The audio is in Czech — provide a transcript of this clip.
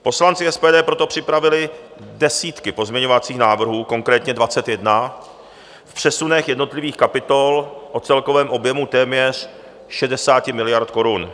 Poslanci SPD proto připravili desítky pozměňovacích návrhů, konkrétně 21, v přesunech jednotlivých kapitol o celkovém objemu téměř 60 miliard korun.